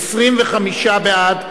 25 בעד,